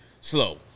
slow